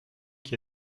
qui